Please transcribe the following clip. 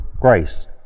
grace